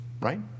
Right